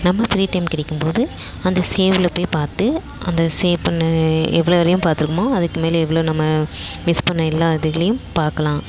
நம்ம free time கிடைக்கும் போது அந்த சேவில் போய் பார்த்து அந்த சேவ் பண்ண எவ்வளோ வரையும் பார்த்துருக்கமோ அதுக்கு மேலே எவ்வளோ நம்ம மிஸ் பண்ண எல்லா இதுகளையும் பார்க்கலாம்